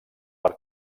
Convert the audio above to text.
per